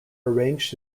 arranged